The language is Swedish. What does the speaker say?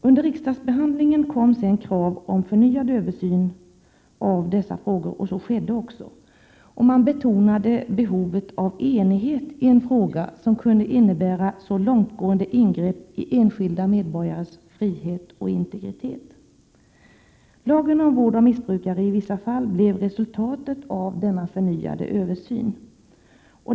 Under riksdagsbehandlingen kom sedan krav på förnyad översyn av dessa frågor, och en sådan skedde också. Man betonade behovet av enighet i en fråga som kan innebära så långtgående ingrepp i enskilda medborgares frihet och integritet. Lagen om vård av missbrukare i vissa fall blev resultatet av denna förnyade översyn.